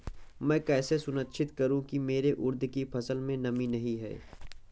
मैं कैसे सुनिश्चित करूँ की मेरी उड़द की फसल में नमी नहीं है?